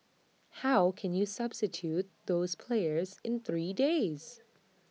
how can you substitute those players in three days